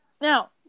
now